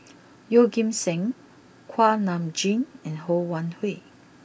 Yeoh Ghim Seng Kuak Nam Jin and Ho Wan Hui